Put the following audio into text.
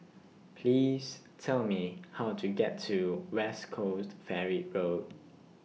Please Tell Me How to get to West Coast Ferry Road